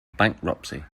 bankruptcy